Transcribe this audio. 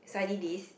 study this